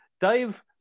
Dave